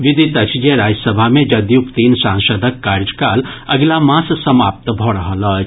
विदित अछि जे राज्यसभा मे जदयूक तीन सांसदक कार्यकाल अगिला मास समाप्त भऽ रहल अछि